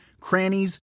crannies